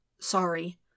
Sorry